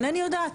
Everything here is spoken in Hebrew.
אינני יודעת,